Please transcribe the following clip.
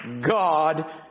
God